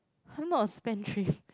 I'm not a spendthrift